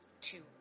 two